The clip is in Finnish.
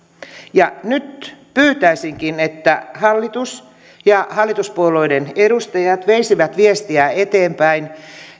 nyt pyytäisinkin että hallituspuolueiden edustajat veisivät viestiä eteenpäin